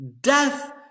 death